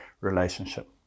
relationship